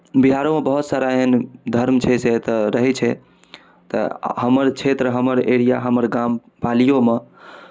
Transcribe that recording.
बिहारोमे बहुत सारा एहन धर्म छै जे एतय रहै छै तऽ हमर क्षेत्र हमर एरिया हमर गाम पालिओमे